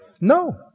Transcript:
No